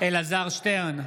אלעזר שטרן,